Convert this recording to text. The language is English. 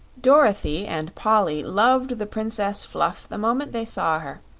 dorothy and polly loved the princess fluff the moment they saw her,